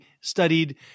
studied